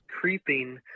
creeping